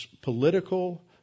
political